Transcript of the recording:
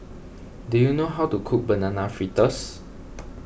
do you know how to cook Banana Fritters